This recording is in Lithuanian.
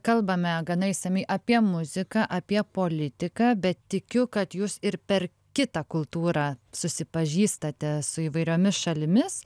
kalbame gana išsamiai apie muziką apie politiką bet tikiu kad jūs ir per kitą kultūrą susipažįstate su įvairiomis šalimis